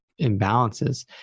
imbalances